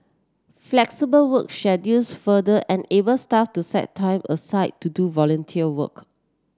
flexible work schedules further enable staff to set time aside to do volunteer work